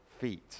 feet